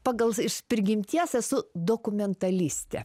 pagal iš prigimties esu dokumentalistė